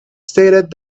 stated